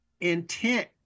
intent